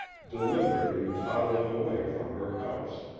deliberately toddling away from her house,